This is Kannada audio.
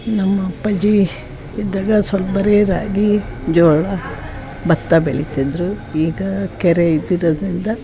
ನಮ್ಮ ಅಪ್ಪಾಜಿ ಇದ್ದಾಗ ಸ್ವಲ್ಪ ಬರೀ ರಾಗಿ ಜೋಳ ಭತ್ತ ಬೆಳೀತಿದ್ರು ಈಗ ಕೆರೆ ಇದ್ದಿರೋದರಿಂದ